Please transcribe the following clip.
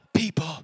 people